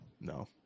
No